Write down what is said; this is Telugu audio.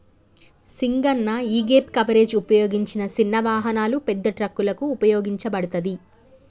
సింగన్న యీగేప్ కవరేజ్ ఉపయోగించిన సిన్న వాహనాలు, పెద్ద ట్రక్కులకు ఉపయోగించబడతది